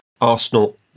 Arsenal